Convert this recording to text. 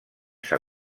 s’ha